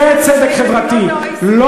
זה צדק חברתי, לא